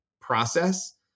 process